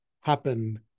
happen